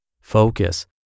Focus